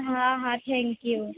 હા હા થેન્કયુ